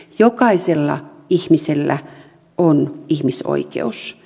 jokaisella ihmisellä on ihmisoikeus